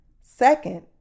Second